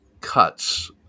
cuts